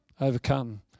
Overcome